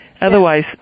Otherwise